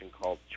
called